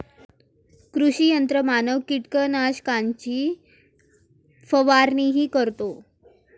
कृषी यंत्रमानव कीटकनाशकांची फवारणीही करतो